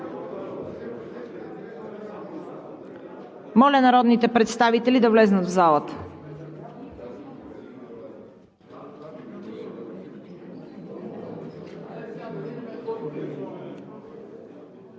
Моля народните представители да влезнат в залата.